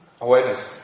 awareness